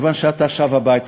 כיוון שאתה שב הביתה.